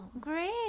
Great